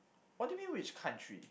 what do you mean which country